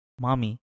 mommy